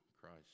christ